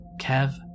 Kev